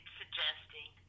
suggesting